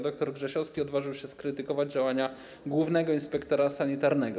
Dr Grzesiowski odważył się skrytykować działania głównego inspektora sanitarnego.